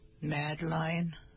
Madeline